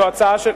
זו הצעה של,